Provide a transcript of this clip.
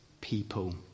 people